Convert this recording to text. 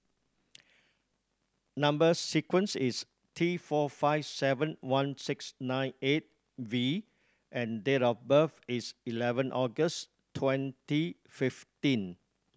number sequence is T four five seven one six nine eight V and date of birth is eleven August twenty fifteen